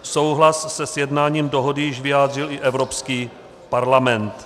Souhlas se sjednáním dohody již vyjádřil i Evropský parlament.